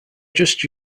just